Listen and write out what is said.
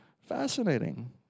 fascinating